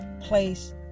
place